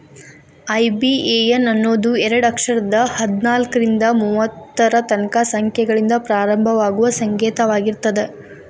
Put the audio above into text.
IBAN ಅನ್ನೋದು ಎರಡ ಅಕ್ಷರದ್ ಹದ್ನಾಲ್ಕ್ರಿಂದಾ ಮೂವತ್ತರ ತನಕಾ ಸಂಖ್ಯೆಗಳಿಂದ ಪ್ರಾರಂಭವಾಗುವ ಸಂಕೇತವಾಗಿರ್ತದ